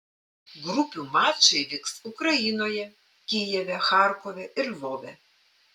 grupių mačai vyks ukrainoje kijeve charkove ir lvove